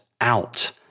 out